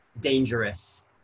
dangerous